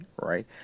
right